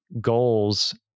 goals